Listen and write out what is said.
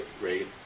great